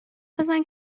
بزن